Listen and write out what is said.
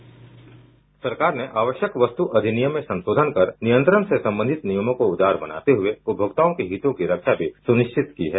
sound bite सरकार ने आवश्यक वस्तु अधिनियम में संशोधन कर नियमन से संबंधित नियमों को उदार बनाते हुए उपमोक्ताओं के हितों की रक्षा सुनिश्चित की है